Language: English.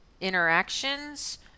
interactions